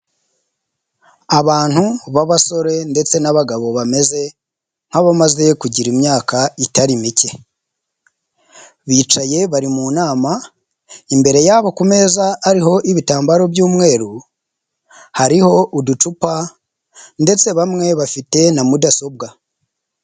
Abantu b'abasore ndetse n'abagabo bameze nk'abamaze kugira imyaka itari mike, bicaye bari mu nama, imbere yabo ku meza ariho ibitambaro by'umweru, hariho uducupa ndetse bamwe bafite na mudasobwa.